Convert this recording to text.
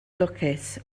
lwcus